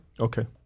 okay